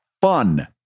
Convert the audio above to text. fun